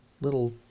little